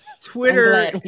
Twitter